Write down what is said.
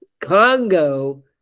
Congo